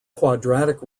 quadratic